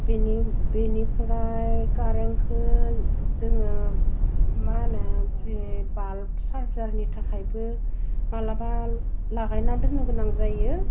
बिनिफ्राइ कारेन्टखो जोङो मा होनो बाल्ब चार्जारनि थाखायबो मालाबा लागायना दोनो गोनां जायो